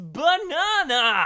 banana